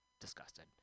disgusted